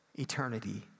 Eternity